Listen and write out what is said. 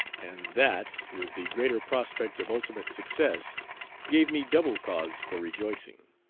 and that with the greater prospect of ultimate success gave me double cause for rejoicing.